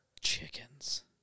Chickens